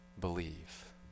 believe